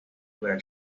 with